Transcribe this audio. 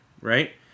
Right